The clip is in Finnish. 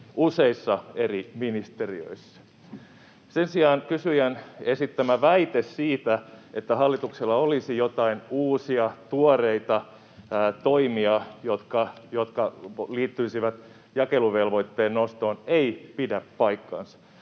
useissa eri ministeriöissä. Sen sijaan kysyjän esittämä väite siitä, että hallituksella olisi joitain uusia, tuoreita toimia, jotka liittyisivät jakeluvelvoitteen nostoon, ei pidä paikkaansa.